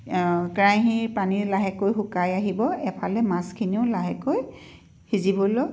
কেৰাহীৰ পানী লাহেকৈ শুকাই আহিব এফালে মাছখিনিও লাহেকৈ সিজিবলৈ